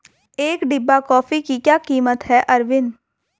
एक डिब्बा कॉफी की क्या कीमत है अरविंद?